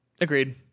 Agreed